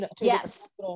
Yes